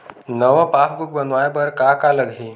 नवा पासबुक बनवाय बर का का लगही?